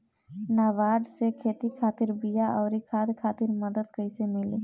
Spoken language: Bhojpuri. नाबार्ड से खेती खातिर बीया आउर खाद खातिर मदद कइसे मिली?